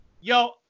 Yo